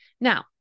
Now